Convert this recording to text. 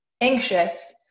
anxious